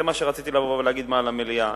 וזה מה שרציתי לבוא ולהגיד במליאה,